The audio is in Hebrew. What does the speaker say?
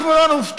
אנחנו לא נופתע,